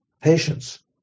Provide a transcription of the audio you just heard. patience